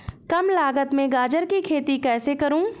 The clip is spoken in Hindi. कम लागत में गाजर की खेती कैसे करूँ?